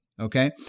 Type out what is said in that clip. Okay